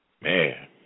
man